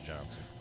Johnson